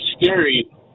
scary